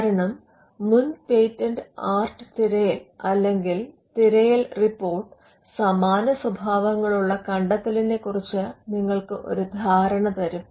കാരണം മുൻ patent art തിരയൽ അല്ലെങ്കിൽ തിരയൽ റിപ്പോർട്ട് സമാന സ്വഭാവങ്ങളുള്ള കണ്ടെത്തലിനെ കുറിച്ച് നിങ്ങൾക്ക് ഒരു ധാരണ തരും